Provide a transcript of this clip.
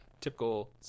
Typical